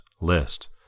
list